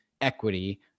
equity